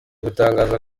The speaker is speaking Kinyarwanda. gutangaza